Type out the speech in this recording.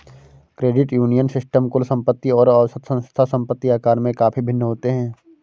credit union system कुल संपत्ति और औसत संस्था संपत्ति आकार में काफ़ी भिन्न होते हैं